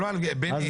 בני,